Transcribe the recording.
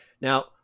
Now